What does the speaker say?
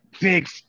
big –